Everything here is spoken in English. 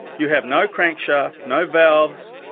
you have no crankshaft, no valves,